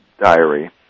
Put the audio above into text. diary